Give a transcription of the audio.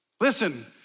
Listen